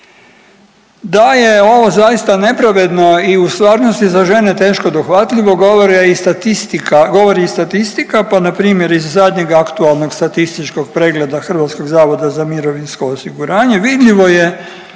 Da je ovo zaista nepravedno i u stvarnosti za žene teško dohvatljivo govori i statistika, pa na primjer iz zadnjeg aktualnog statističkog pregleda Hrvatskog zavoda za mirovinsko osiguranje vidljivo je